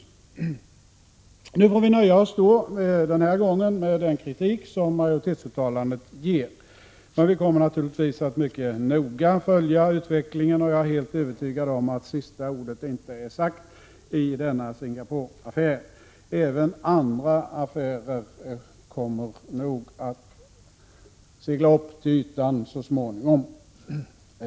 Denna gång får vi nöja oss med den kritik som majoritetsuttalandet ger. Vi kommer naturligtvis att följa utvecklingen mycket noga. Jag är helt övertygad om att sista ordet inte är sagt i denna Singapore-affär. Jag är rädd att även andra affärer så småningom kommer att stiga upp till ytan. Fru talman!